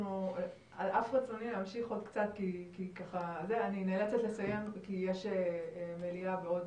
על אף רצוני להמשיך עוד קצת אני נאלצת לסיים כי יש מליאה עוד